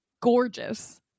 gorgeous